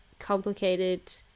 complicated